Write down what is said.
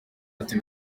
ati